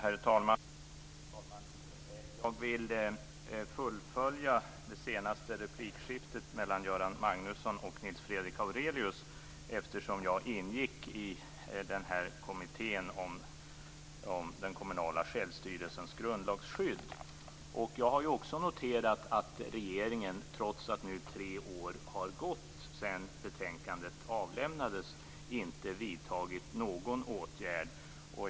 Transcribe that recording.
Fru talman! Jag vill fullfölja det senaste replikskiftet mellan Göran Magnusson och Nils Fredrik Aurelius eftersom jag ingick i kommittén om den kommunala självstyrelsens grundlagsskydd. Jag har också noterat att regeringen trots att nu tre år har gått sedan betänkandet avlämnades inte har vidtagit någon åtgärd.